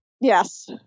Yes